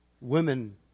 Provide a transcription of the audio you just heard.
Women